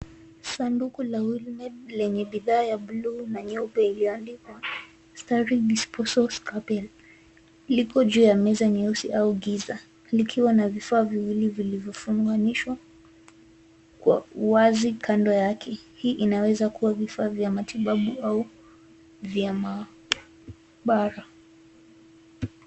Sanduku la wilmed lenye bidhaa ya buluu na nyeupe iliyoandikwa,(CS)steril disposal scalpel(cs),lipo juu ya meza nyeusi au giza likiwa na vifaa viwili vilivyofunganishwa kwa uwazi kando yake. Hii inaweza kuwa vifaa vya matibabu au vya maabara.